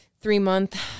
three-month